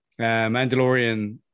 Mandalorian